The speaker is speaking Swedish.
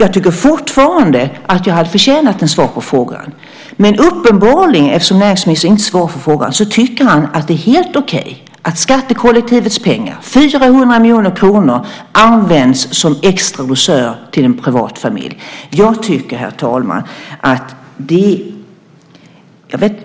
Jag tycker fortfarande att jag hade förtjänat ett svar på frågan, men uppenbarligen, eftersom näringsministern inte svarar på frågan, tycker han att det är helt okej att skattekollektivets pengar, 400 miljoner kronor, används som en extra dusör till en privat familj. Jag tycker, herr talman, att det.